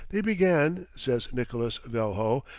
they began, says nicolas velho,